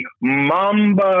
Mamba